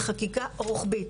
וחקיקה רוחבית.